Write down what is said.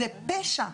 זה פשע.